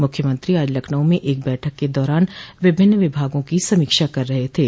मुख्यमंत्री आज लखनऊ में एक बैठक के दौरान विभिन्न विभागों की समीक्षा कर रहे थे